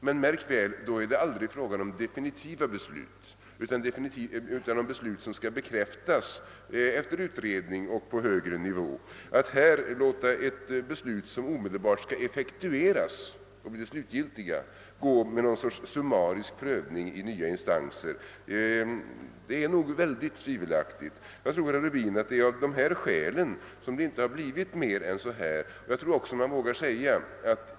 Men då är det, märk väl, aldrig fråga om definitiva beslut utan om beslut som skall bekräftas efter utredning och på högre nivå. Det är mycket tveksamt om det är riktigt att låta ett beslut, som omedelbart skall effektueras och bli slutgiltigt, prövas summariskt i nya instanser. Jag tror, herr Rubin, att det är av dessa skäl som det inte gått att finna en lösning på problemet.